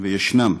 וישנם,